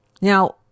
Now